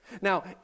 Now